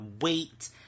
wait